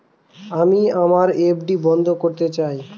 আমি আমার এফ.ডি বন্ধ করতে চাই